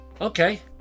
Okay